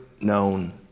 known